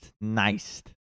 Nice